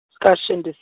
discussion